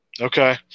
Okay